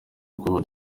bwoba